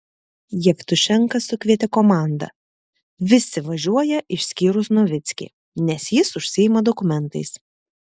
jevtušenka sukvietė komandą visi važiuoja išskyrus novickį nes jis užsiima dokumentais